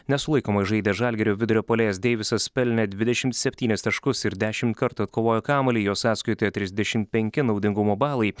nesulaikomai žaidęs žalgirio vidurio puolėjas deivisas pelnė dvidešimt septynis taškus ir dešimt kartų atkovojo kamuolį jo sąskaitoje trisdešimt penki naudingumo balai